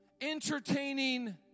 Entertaining